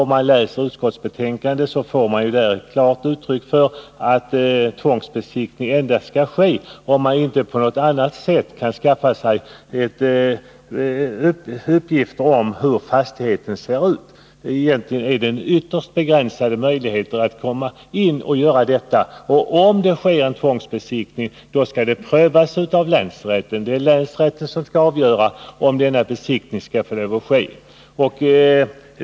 Om man läser utskottsbetänkandet, finner man där ett klart uttryck för att tvångsbesiktning endast skall ske om man inte på något annat sätt kan skaffa sig uppgifter om hur fastigheten ser ut. Egentligen finns det ytterst begränsade möjligheter att komma in och göra detta, och för att en tvångsbesiktning skall kunna ske måste frågan först prövas av länsrätten. Det är således länsrätten som skall avgöra om denna besiktning skall få företas.